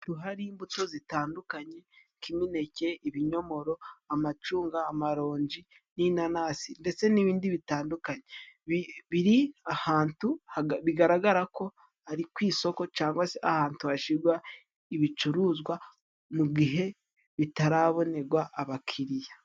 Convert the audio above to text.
Hari imbuto zitandukanye; kiminineke, ibinyomoro, amacunga, amaronji, n'inanasi ndetse n'ibindi bitandukanye... biri ahantu bigaragara ko ari ku isoko cyangwa se ahantu hashyirwa ibicuruzwa mu gihe bitarabonerwa abakiriya.